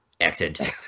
accent